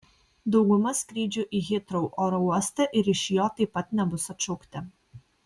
dauguma skrydžių į hitrou oro uostą ir iš jo taip pat nebus atšaukti